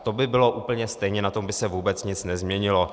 To by bylo úplně stejně, na tom by se vůbec nic nezměnilo.